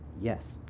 yes